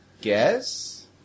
guess